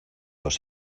los